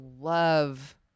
love